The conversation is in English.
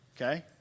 Okay